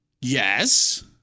Yes